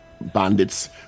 bandits